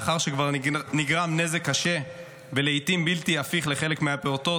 לאחר שכבר נגרם נזק קשה ולעיתים בלתי הפיך לחלק מהפעוטות.